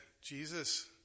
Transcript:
Jesus